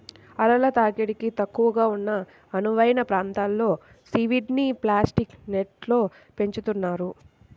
అలల తాకిడి తక్కువగా ఉన్న అనువైన ప్రాంతంలో సీవీడ్ని ప్లాస్టిక్ నెట్స్లో పెంచుతున్నారు